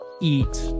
eat